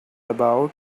about